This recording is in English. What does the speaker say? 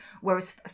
Whereas